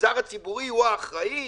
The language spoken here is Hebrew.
המגזר הציבורי הוא האחראי?